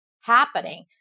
happening